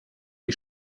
die